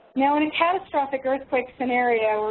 now, in a catastrophic earthquake scenario,